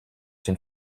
den